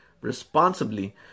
responsibly